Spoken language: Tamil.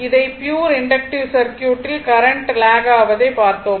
இதை ப்யுர் இண்டக்ட்டிவ் சர்க்யூட்டில் கரண்ட் லாக் ஆவதை பார்த்தோம்